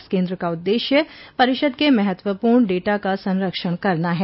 इस केंद्र का उद्देश्य परिषद् के महत्वपूर्ण डेटा का संरक्षण करना है